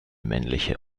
männliche